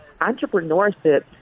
entrepreneurship